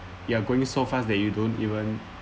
you are going so fast that you don't even